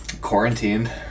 Quarantined